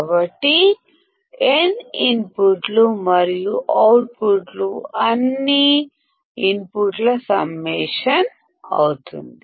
కాబట్టి n ఇన్పుట్లు మరియు అవుట్పుట్ అన్ని ఇన్పుట్ల సమ్మషన్ అవుతుంది